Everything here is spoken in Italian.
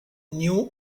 new